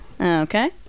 Okay